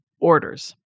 orders